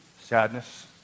sadness